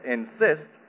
insist